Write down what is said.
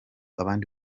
abandi